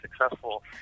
successful